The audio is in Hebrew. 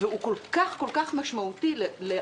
והוא כל כך משמעותי לאנשים,